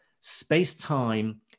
space-time